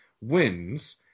wins